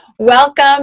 Welcome